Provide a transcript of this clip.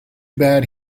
bad